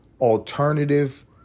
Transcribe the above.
alternative